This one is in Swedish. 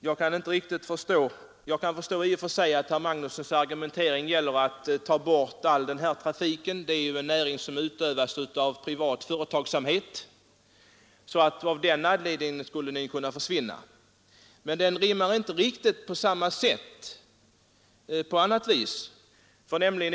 Jag kan i och för sig förstå att herr Magnussons argumentering går ut på att denna trafik skall tas bort; det är en näring som utövas av privat företagsamhet och som av den anledningen skulle kunna försvinna. Men i ett annat avseende kan jag inte förstå herr Magnussons argumentering.